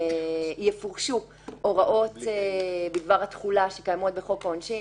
תפורשנה הוראות בדבר התחולה שקיימות בחוק העונשין,